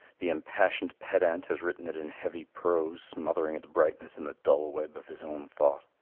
the impassioned pedant has written it in heavy prose smothering its brightness in the dull web of his own thought.